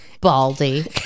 Baldy